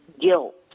guilt